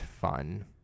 fun